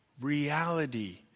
reality